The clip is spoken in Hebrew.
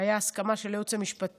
הייתה הסכמה של הייעוץ המשפטי,